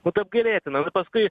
vat apgailėtina nu paskui